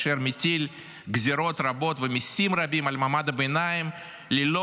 אשר מטיל גזרות רבות ומיסים רבים על מעמד הביניים ללא